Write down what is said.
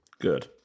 Good